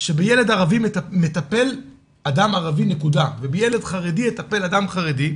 שבילד ערבי מטפל אדם ערבי ובילד חרדי יטפל אדם חרדי,